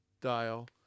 dial